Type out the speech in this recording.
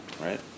right